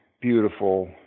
beautiful